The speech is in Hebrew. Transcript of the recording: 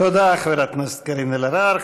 תודה, חברת הכנסת קארין אלהרר.